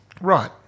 Right